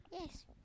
Yes